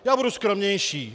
Já budu skromnější.